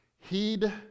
heed